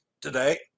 today